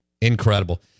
Incredible